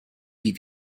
wie